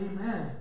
Amen